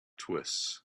twists